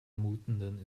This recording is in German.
anmutenden